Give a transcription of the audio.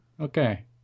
Okay